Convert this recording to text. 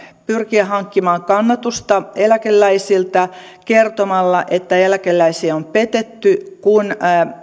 pyrkiä hankkimaan kannatusta eläkeläisiltä kertomalla että eläkeläisiä on petetty kun